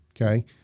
Okay